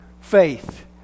faith